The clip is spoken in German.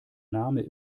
name